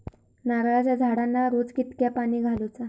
नारळाचा झाडांना रोज कितक्या पाणी घालुचा?